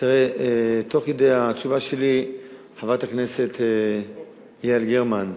תראה, תוך כדי התשובה שלי חברת הכנסת יעל גרמן,